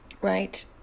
right